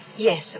Yes